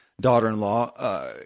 daughter-in-law